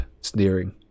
sneering